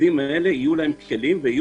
לעובדים האלה יהיו כלים והם יהיו